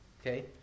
Okay